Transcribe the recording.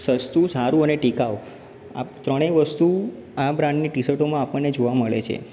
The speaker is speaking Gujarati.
સસ્તુ સારું અને ટકાઉ આ ત્રણેય વસ્તુ આ બ્રાન્ડની ટી શર્ટોમાં આપણને જોવા મળે છે